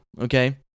okay